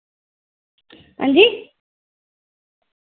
हांजी